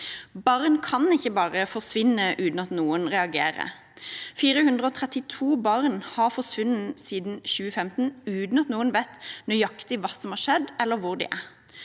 Barn kan ikke bare forsvinne uten at noen reagerer. 432 barn har forsvunnet siden 2015 uten at noen vet nøyaktig hva som har skjedd, eller hvor de er.